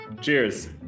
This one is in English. Cheers